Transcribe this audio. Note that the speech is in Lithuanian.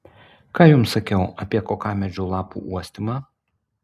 ką jums sakiau apie kokamedžio lapų uostymą